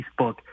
Facebook